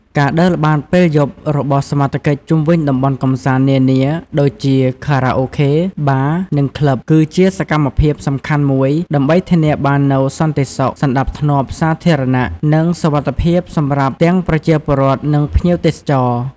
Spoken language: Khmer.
ការដើរល្បាតពេលយប់របស់សមត្ថកិច្ចជុំវិញតំបន់កម្សាន្តនានា ដូចជា ខារ៉ាអូខេ បារ និងក្លឹប គឺជាសកម្មភាពសំខាន់មួយដើម្បីធានាបាននូវ សន្តិសុខ សណ្តាប់ធ្នាប់សាធារណៈ និងសុវត្ថិភាពសម្រាប់ទាំងប្រជាពលរដ្ឋ និងភ្ញៀវទេសចរ។